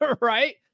Right